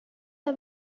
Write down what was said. are